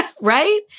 Right